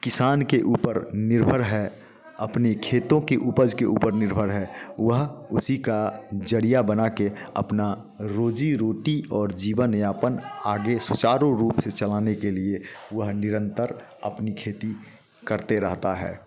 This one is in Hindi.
किसान के ऊपर निर्भर है अपनी खेतों की उपज के ऊपर निर्भर है वह उसी का जरिया बनाके अपना रोजी रोटी और जीवन यापन आगे सुचारू रूप से चलाने के लिए वह निरंतर अपनी खेती करता रहता है